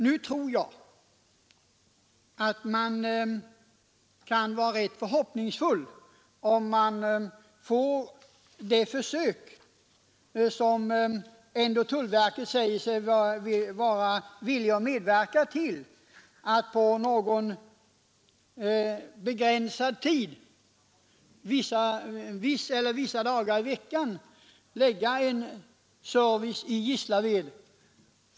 Jag tror att man kan vara rätt förhoppningsfull, om de försök genomförs som tullverket ändå säger sig vara villigt att medverka till, dvs. att på begränsad tid vissa dagar i veckan förlägga en service till Gislaved.